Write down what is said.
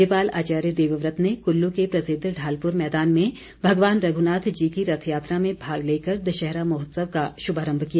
राज्यपाल आचार्य देवव्रत ने कुल्लू के प्रसिद्ध ढालपुर मैदान में भगवान रघुनाथ जी की रथयात्रा में भाग लेकर दशहरा महोत्सव का शुभारंभ किया